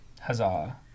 Huzzah